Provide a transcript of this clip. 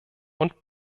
und